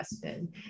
question